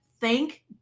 thank